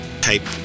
type